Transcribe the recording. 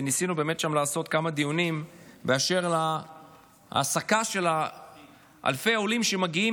וניסינו לעשות כמה דיונים באשר להעסקה של אלפי עולים שמגיעים